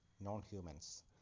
non-humans